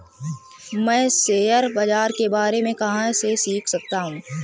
मैं शेयर बाज़ार के बारे में कहाँ से सीख सकता हूँ?